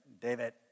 David